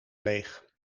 leeg